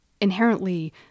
inherently